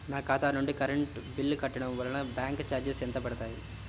నా ఖాతా నుండి కరెంట్ బిల్ కట్టడం వలన బ్యాంకు చార్జెస్ ఎంత పడతాయా?